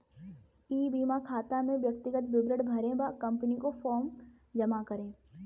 ई बीमा खाता में व्यक्तिगत विवरण भरें व कंपनी को फॉर्म जमा करें